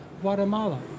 Guatemala